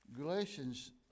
Galatians